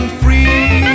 free